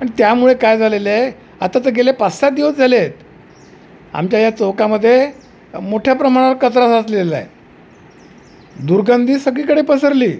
आणि त्यामुळे काय झालेलं आहे आता तर गेले पाच सहा दिवस झाले आहेत आमच्या या चौकामध्ये मोठ्या प्रमाणात कचरा साचलेला आहे दुर्गंधी सगळीकडे पसरली